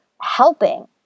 helping